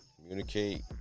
Communicate